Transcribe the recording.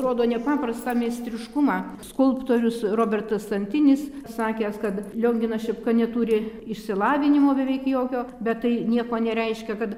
rodo nepaprastą meistriškumą skulptorius robertas antinis sakęs kad lionginas šepka neturi išsilavinimo beveik jokio bet tai nieko nereiškia kad